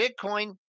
bitcoin